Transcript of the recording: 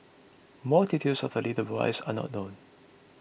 more details of the little boys are not known